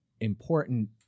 important